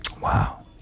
Wow